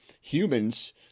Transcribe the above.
humans